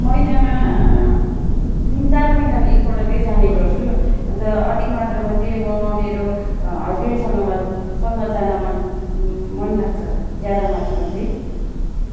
महिनामा तिन चार महिनामा एकपल्ट चाहिँ जाने गर्छु अन्त अधिक मात्रामा चाहिँ म मेरो हस्बेन्डसँग मसँग जान मन मन लाग्छ ज्यादा मात्रामा चाहिँ